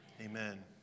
amen